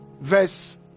verse